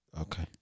Okay